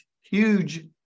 huge